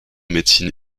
médecine